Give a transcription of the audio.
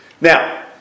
Now